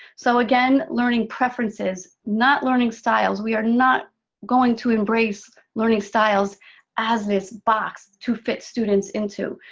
so again, learning preferences. not learning styles. we are not going to embrace learning styles as this box, to fit students into.